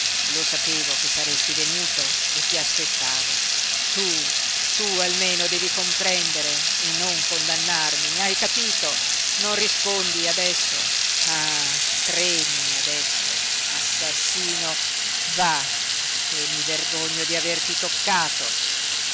lo sapevo che saresti venuto e ti aspettavo tu tu almeno devi comprendere e non condannarmi hai capito non rispondi adesso ah tremi adesso assassino va che mi vergogno di averti toccato